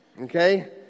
Okay